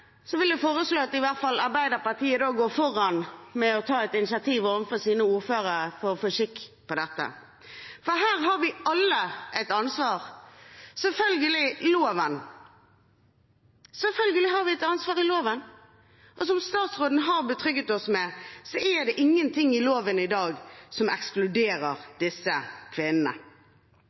vil jeg foreslå at Arbeiderpartiet i hvert fall går foran ved å et initiativ overfor sine ordførere for å få skikk på dette. Her har vi alle et ansvar, og selvfølgelig har vi et ansvar i loven. Som statsråden har betrygget oss med, er det ingenting i loven i dag som ekskluderer disse kvinnene.